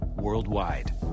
worldwide